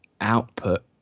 output